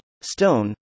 Stone